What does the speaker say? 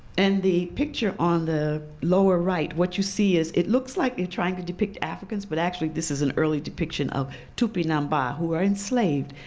and the picture on the lower right, what you see is, it looks like you're trying to depict africans, but actually this is an early depiction of tupinamba who were enslaved,